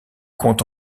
compte